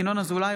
ינון אזולאי,